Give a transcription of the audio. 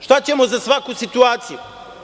Šta ćemo za svaku situaciju?